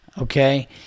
Okay